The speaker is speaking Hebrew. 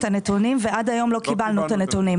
הנתונים ועד היום לא קיבלנו את הנתונים.